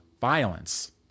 violence